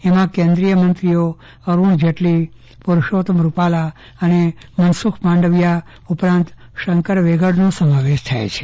એમાં કેન્દ્રીય મંત્રી અરુણ જેટલીએ પરશોતમ રૂપાલા અને મનસુખ માંડવિયા ઉપરાંત શંકર વેગડ નો સમાવેશ થાય છે